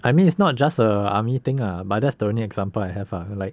I mean it's not just a army thing ah but that's the only example I have ah like